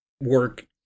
work